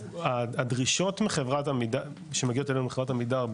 הדרישות שמגיעות אלינו מחברת עמידר,